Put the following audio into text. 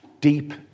deep